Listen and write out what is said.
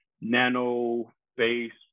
nano-based